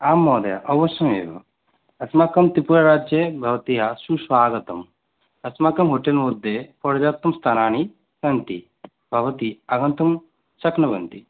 आं महोदये अवश्यमेव अस्माकं त्रिपुराराज्ये भवत्याः सुस्वागतम् अस्माकं होटेल् मध्ये पर्याप्तं स्थानानि सन्ति भवती आगन्तुं शक्नुवन्ति